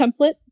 template